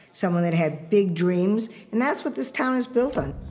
someone that had big dreams, and that's what this town is built on.